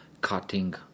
cutting